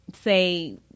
say